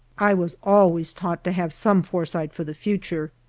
i was always taught to have some foresight for the future.